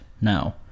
now